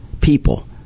people